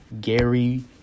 Gary